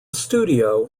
studio